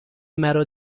مرا